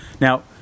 Now